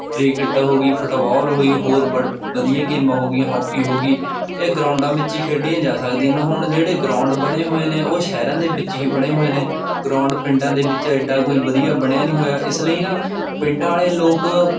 cricket ਹੋ ਗਈ football ਹੋਈ ਹੋਰ ਬੜ ਵਧੀਆ ਗੇਮਾਂ ਹੋ ਗਈਆਂ ਹੋਕੀ ਹੋ ਗਈ ਇਹ ਗਰਾਊਂਡਾਂ ਵਿੱਚ ਹੀ ਖੇਡੀਆਂ ਜਾ ਸਕਦੀਆਂ ਨੇ ਹੁਣ ਜਿਹੜੇ ਗਰਾਊਂਡ ਬਣੇ ਹੋਏ ਨੇ ਉਹ ਸ਼ਹਿਰਾਂ ਦੇ ਵਿੱਚ ਹੀ ਬਣੇ ਹੋਏ ਨੇ ਗਰਾਊਂਡ ਪਿੰਡਾਂ ਦੇ ਵਿੱਚ ਐਡਾ ਕੋਈ ਵਧੀਆ ਬਣਿਆ ਨਹੀਂ ਹੋਇਆ ਇਸ ਲਈ ਨਾ ਪਿੰਡਾਂ ਆਲੇ ਲੋਕ